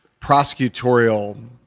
prosecutorial